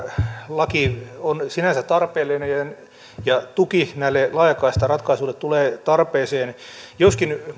laki on sinänsä tarpeellinen ja tuki näille laajakaistaratkaisuille tulee tarpeeseen joskin